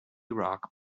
rock